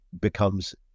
becomes